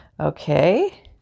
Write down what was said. Okay